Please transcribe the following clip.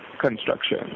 construction